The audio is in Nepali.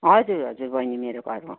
हजुर हजुर बहिनी मेरो घर हो